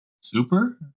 super